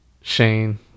Shane